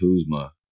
Kuzma